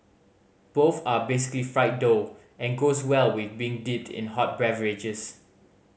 both are basically fried dough and goes well with being dipped in hot beverages